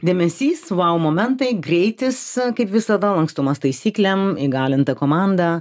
dėmesys vau momentai greitis kaip visada lankstumas taisyklėm įgalinta komanda